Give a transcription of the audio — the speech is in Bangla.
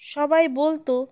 সবাই বলতো